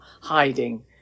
hiding